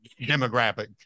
demographic